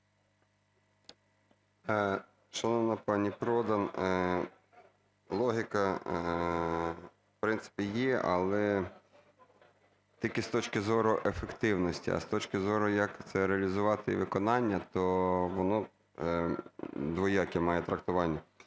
Шановна пані Продан, логіка, в принципі, є, але тільки з точки зору ефективності, а з точки зору, як це реалізувати і виконання, то воно двояке має трактування.